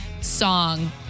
song